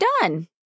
done